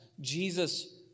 Jesus